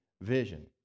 vision